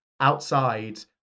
outside